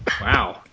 Wow